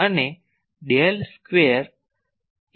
અને del square Az શું છે